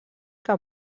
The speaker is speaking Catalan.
que